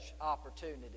opportunity